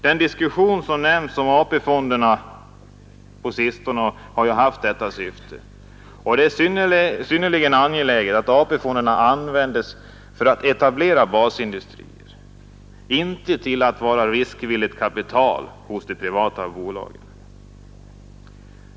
Den diskussion som förts om AP-fonderna på sistone har ju haft detta syfte. Det är synnerligen angeläget att AP-fonderna används för att etablera basindustrier, inte till att vara riskvilligt kapital hos de privata bolagen.